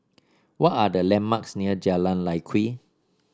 what are the landmarks near Jalan Lye Kwee